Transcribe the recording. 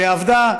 שעבדה,